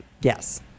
Yes